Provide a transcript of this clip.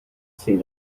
seen